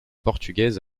portugaise